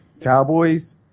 Cowboys